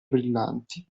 brillanti